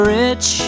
rich